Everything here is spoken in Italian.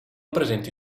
presenti